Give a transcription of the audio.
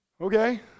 okay